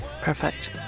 Perfect